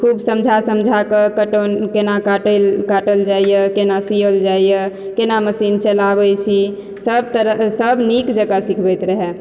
खूब समझा समझा कऽ कटौन केना काटल काटल जाइया केना सियल जाइया केना मशीन चलाबै छी सब तरह सब निक जकाँ सिखबैत रहए